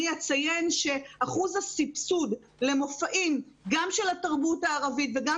אני אציין שאחוז הסבסוד למופעים גם של התרבות הערבית וגם